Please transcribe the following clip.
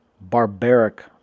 barbaric